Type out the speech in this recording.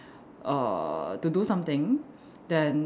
err to do something then